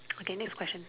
okay next question